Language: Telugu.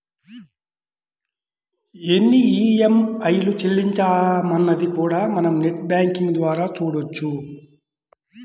ఎన్ని ఈఎంఐలు చెల్లించామన్నది కూడా మనం నెట్ బ్యేంకింగ్ ద్వారా చూడొచ్చు